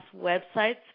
websites